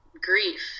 grief